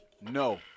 No